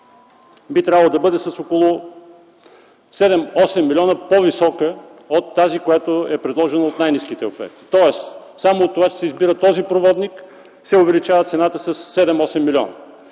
би трябвало да бъде с около 7-8 милиона по-висока от предложената в най-ниските оферти. Тоест само от това, че се избира този проводник цената се увеличава със 7-8 милиона.